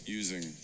using